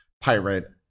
Pirate